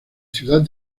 ciudad